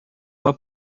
uma